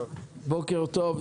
בוקר טוב,